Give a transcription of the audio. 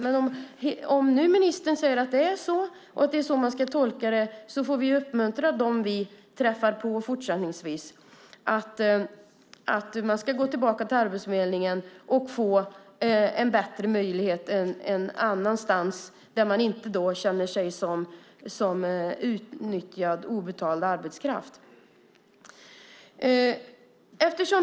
Men om nu ministern säger att det är så och att det är så man ska tolka det, får vi uppmuntra dem som vi träffar på fortsättningsvis att gå tillbaka till Arbetsförmedlingen och få en bättre möjlighet någon annanstans där de inte känner sig som utnyttjad obetald arbetskraft.